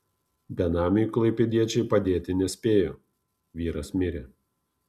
benamiui klaipėdiečiai padėti nespėjo vyras mirė